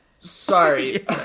Sorry